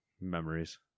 Memories